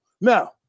Now